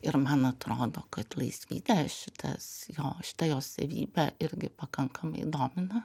ir man atrodo kad laisvydę šitas šita jos savybė irgi pakankamai domina